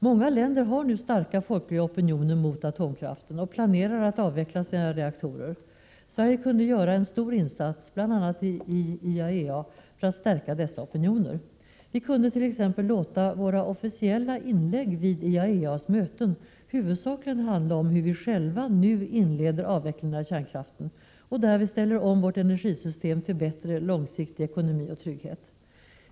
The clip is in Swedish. Många länder har nu starka folkliga opinioner mot atomkraften och planerar att avveckla sina reaktorer. Sverige kunde göra en stor insats, bl.a. i IAEA, för att stärka dessa opinioner. Vi kunde t.ex. låta våra officiella inlägg vid IAEA:s möten huvudsakligen handla om hur vi själva nu inleder avvecklingen av kärnkraften och därvid ställer om vårt energisystem för att få bättre långsiktig ekonomi och större trygghet.